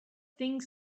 things